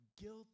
guilt